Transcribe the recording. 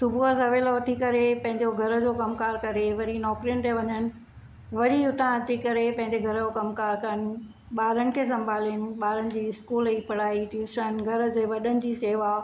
सुबुह सवेल उथी करे पंहिंजो घर जो कमु कारु करे वरी नौकरियुनि ते वञनि वरी उतां अची करे पंहिंजे घर जो कमु कारु कनि ॿारनि खे संभालिन ॿारनि जी स्कूल जी पढ़ाई ट्यूशन घर जे वॾनि जी सेवा